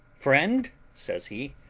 friend, says he,